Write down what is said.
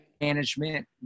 management